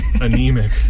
anemic